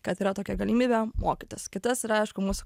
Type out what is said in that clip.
kad yra tokia galimybė mokytis kitas yra aišku mūsų